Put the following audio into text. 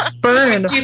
Burn